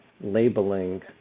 labeling